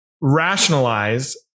rationalize